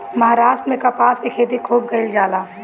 महाराष्ट्र में कपास के खेती खूब कईल जाला